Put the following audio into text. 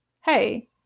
Hey